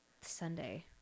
Sunday